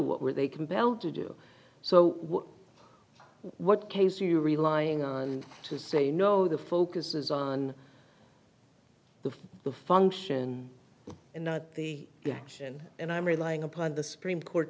what were they compelled to do so what case you're relying on to say no the focus is on the function and not the action and i'm relying upon the supreme court